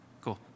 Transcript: Cool